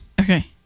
Okay